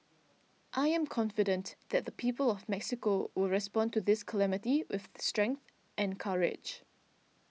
I am confident that the people of Mexico will respond to this calamity with the strength and courage